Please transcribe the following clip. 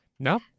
No